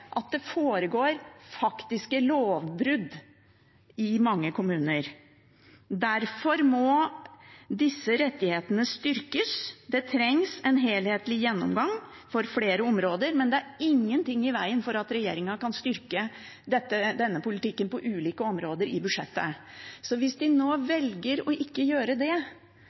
at det foregår faktiske lovbrudd i mange kommuner. Derfor må disse rettighetene styrkes. Det trengs en helhetlig gjennomgang på flere områder, men det er ingenting i veien for at regjeringen kan styrke denne politikken på ulike områder i budsjettet. Hvis de nå velger å ikke gjøre det,